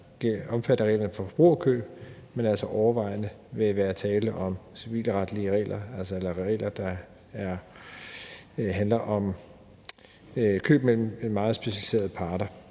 være omfattet af reglerne for forbrugerkøb, da der altså overvejende vil være tale om civilretlige regler, altså regler, der handler om køb mellem meget specificerede parter.